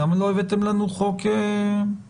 למה לא הבאתם לנו חוק מלא?